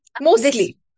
Mostly